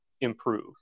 improve